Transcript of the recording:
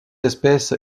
espèce